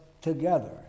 together